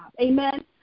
Amen